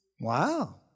Wow